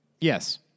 Yes